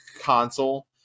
console